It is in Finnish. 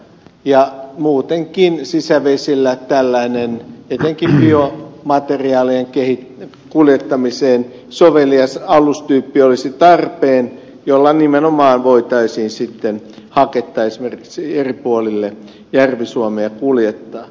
ja muutenkin sisävesillä olisi tällainen etenkin biomateriaalien kuljettamiseen sovelias alustyyppi tarpeen jolla nimenomaan voitaisiin sitten haketta esimerkiksi eri puolille järvi suomea kuljettaa